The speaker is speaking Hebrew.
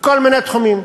בכל מיני תחומים.